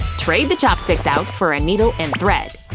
trade the chopsticks out for a needle and thread.